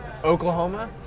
Oklahoma